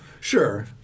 Sure